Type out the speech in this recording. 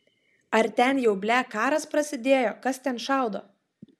ar ten jau ble karas prasidėjo kas ten šaudo